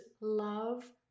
love